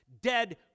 dead